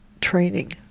training